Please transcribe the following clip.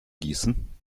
gießen